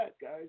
guys